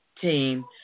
team